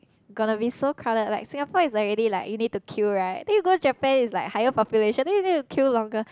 gonna be so crowded like Singapore is already like you need to queue right then you go Japan is like higher population then you need to queue longer